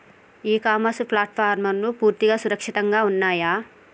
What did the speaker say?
ఇ commerce ప్లాట్ఫారమ్లు పూర్తిగా సురక్షితంగా ఉన్నయా?